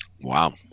Wow